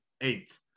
eighth